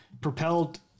propelled